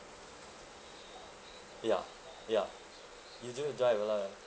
ya ya usually you drive a lot ah